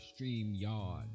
StreamYard